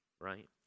right